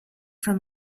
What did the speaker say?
from